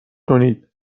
کنید